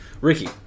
ricky